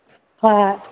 ꯍꯣꯏ ꯍꯣꯏ